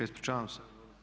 Ispričavam se.